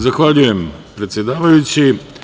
Zahvaljujem, predsedavajući.